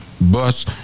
bus